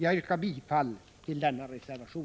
Jag yrkar bifall till denna reservation.